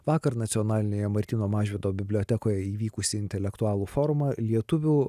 vakar nacionalinėje martyno mažvydo bibliotekoje įvykusi intelektualų forumą lietuvių